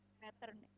pattern